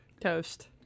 toast